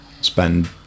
spend